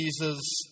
Jesus